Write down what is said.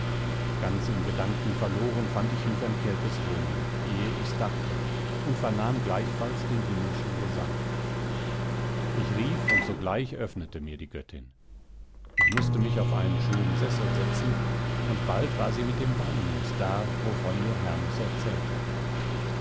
ganz in gedanken verloren fand ich mich an kirkes wohnung ehe ich's dachte und vernahm gleichfalls den himmlischen gesang ich rief und sogleich öffnete mir die göttin ich mußte mich auf einen schönen sessel setzen und bald war sie mit dem weinmus da wovon mir hermes erzählt hatte